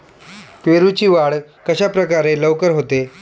पेरूची वाढ कशाप्रकारे लवकर होते?